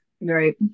Right